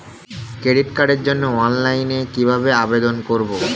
Credit কার্ডের জন্য অনলাইনে কিভাবে আবেদন করব?